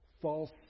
false